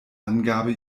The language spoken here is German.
angabe